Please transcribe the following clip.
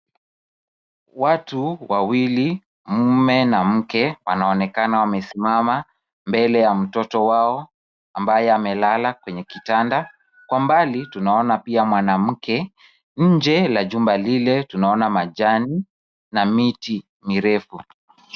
Watu wawili mume na mke wanaonekana wamesimama mbele ya mtoto wao ambaye amelala kwenye kitanda. Kwa mbali tunaona pia mwanamke, nje la jumba lile tunaona majani na miti mirefu.